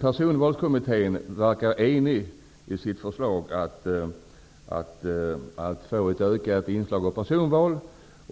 Personvalskommittén verkar enig i sitt förslag om att vi skall ha ett ökat inslag av personval.